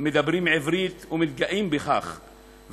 מדברים עברית ומתגאים בכך,